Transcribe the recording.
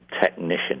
technician